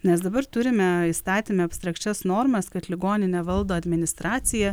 nes dabar turime įstatyme abstrakčias normas kad ligoninę valdo administracija